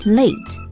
late